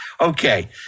Okay